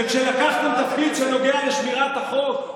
וכשלקחתם תפקיד שנוגע לשמירת החוק,